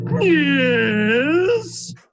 yes